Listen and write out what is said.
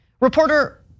Reporter